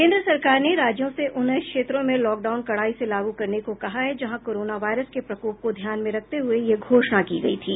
केन्द्र सरकार ने राज्यों से उन क्षेत्रों में लॉकडाउन कड़ाई से लागू करने को कहा है जहां कोरोना वायरस के प्रकोप को ध्यान में रखते हुए यह घोषणा की गयी थी